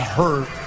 hurt